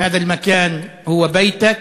המקום הזה הוא ביתך.